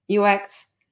UX